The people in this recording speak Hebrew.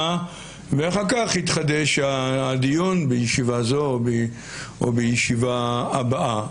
ואחר כך יתחדש הדיון בישיבה זו או בישיבה הבאה.